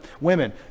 Women